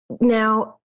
Now